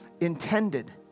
intended